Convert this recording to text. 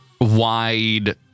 wide